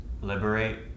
liberate